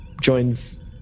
joins